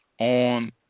on